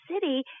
city